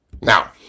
Now